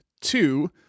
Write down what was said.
two